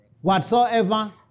whatsoever